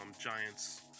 giants